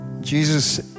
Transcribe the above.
Jesus